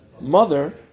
mother